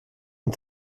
den